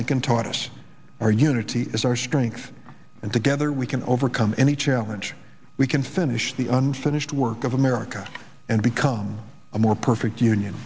lincoln taught us our unity is our strength and together we can overcome any challenge we can finish the unfinished work of america and become a more perfect union